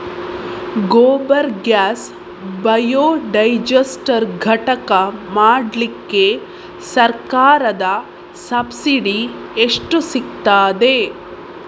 Gobar gas biodigester ಘಟಕ ಮಾಡ್ಲಿಕ್ಕೆ ಸರ್ಕಾರದ ಸಬ್ಸಿಡಿ ಎಷ್ಟು ಸಿಕ್ತಾದೆ?